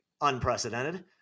unprecedented